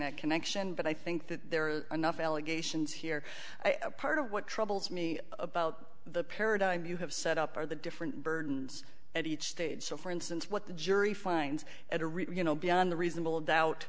that connection but i think that there are enough allegations here part of what troubles me about the paradigms you have set up are the different burdens at each stage so for instance what the jury finds at a rate you know beyond the reasonable doubt